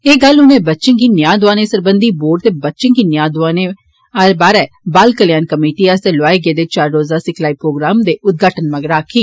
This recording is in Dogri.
एह् गल्ल उनें बच्चें गी न्या दोआने सरबंधी बोर्ड ते बच्चें गी न्या दोआने बारे बाल कल्याण कमेटी आस्तै लौआए गेदे चार रोज़ा सिखलाई प्रोग्राम दे उदघाटन मगरा आक्खी